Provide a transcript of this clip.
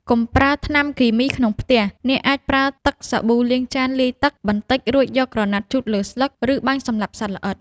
កុំប្រើថ្នាំគីមីក្នុងផ្ទះ អ្នកអាចប្រើ ទឹកសាប៊ូលាងចានលាយទឹក បន្តិច រួចយកក្រណាត់ជូតលើស្លឹក ឬបាញ់សម្លាប់សត្វល្អិត។